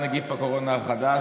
נגיף הקורונה החדש),